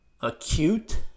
acute